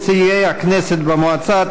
נציגי הכנסת במועצה),